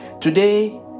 Today